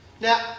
Now